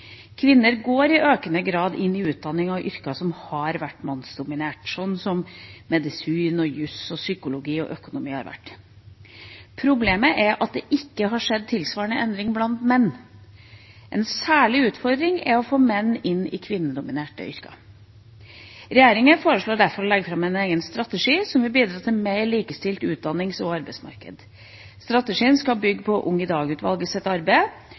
Kvinner går i økende grad inn i utdanning og yrker som har vært mannsdominert, sånn som medisin, juss, psykologi og økonomi har vært. Problemet er at det ikke har skjedd en tilsvarende endring blant menn. En særlig utfordring er å få menn inn i kvinnedominerte yrker. Regjeringa foreslår derfor å legge fram en egen strategi som vil bidra til et mer likestilt utdannings- og arbeidsmarked. Strategien skal bygge på UngIDag-utvalgets arbeid, og de skal bl.a. foreslå gode tiltak for å få unge